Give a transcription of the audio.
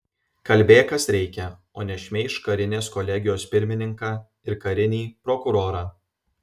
kalbėk kas reikia o ne šmeižk karinės kolegijos pirmininką ir karinį prokurorą